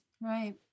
Right